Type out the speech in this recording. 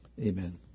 Amen